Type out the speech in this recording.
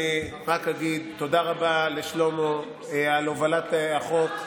אני רק אגיד תודה רבה לשלמה על הובלת החוק.